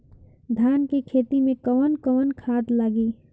धान के खेती में कवन कवन खाद लागी?